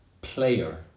player